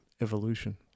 evolution